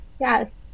yes